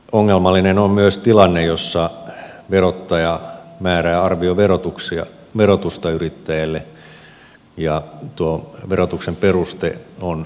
ongelmallinen on myös tilanne jossa verottaja määrää arvioverotusta yrittäjälle ja tuo verotuksen peruste on epäselvä